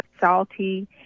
salty